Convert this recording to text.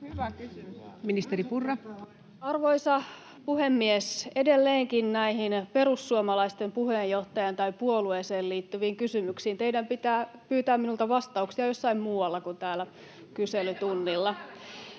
Arvoisa puhemies! Edelleenkin näihin perussuomalaisten puheenjohtajaan tai puolueeseen liittyviin kysymyksiin teidän pitää pyytää minulta vastauksia jossain muualla kuin täällä kyselytunnilla.